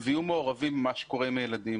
ויהיו מעורבים במה שקורה עם הילדים.